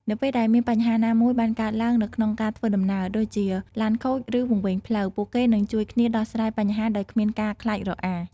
នៅពេលដែលមានបញ្ហាណាមួយបានកើតឡើងនៅក្នុងការធ្វើដំណើរ ដូចជាឡានខូចឬវង្វេងផ្លូវ ពួកគេនឹងជួយគ្នាដោះស្រាយបញ្ហាដោយគ្មានការខ្លាចរអា។